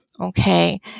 Okay